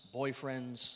boyfriends